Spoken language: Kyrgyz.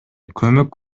көмөк